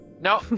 No